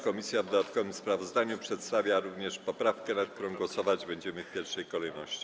Komisja w dodatkowym sprawozdaniu przedstawia również poprawkę, nad którą głosować będziemy w pierwszej kolejności.